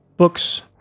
Books